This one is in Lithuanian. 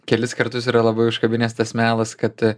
kelis kartus yra labai užkabinęs tas melas kad